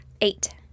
Eight